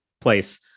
place